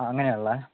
ആ അങ്ങനെയാണോയുള്ളത്